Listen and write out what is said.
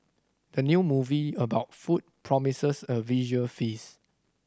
the new movie about food promises a visual feast